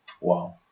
Wow